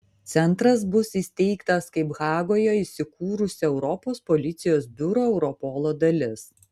centras bus įsteigtas kaip hagoje įsikūrusio europos policijos biuro europolo dalis